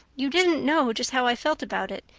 you didn't know just how i felt about it,